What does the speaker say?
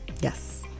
Yes